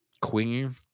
Queen